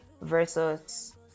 versus